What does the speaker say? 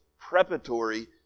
preparatory